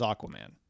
Aquaman